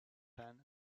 pan